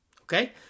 okay